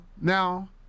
Now